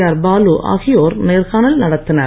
R Balu ஆகியோர் நேர்காணல் நடத்தினர்